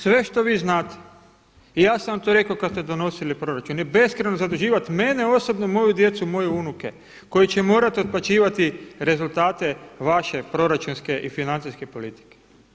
Sve što vi znate, i ja sam vam to rekao kada ste donosili proračun i beskrajno zaduživati mene osobno, moju djecu i moje unuke koji će morati otplaćivati rezultate vaše proračunske i financijske politike.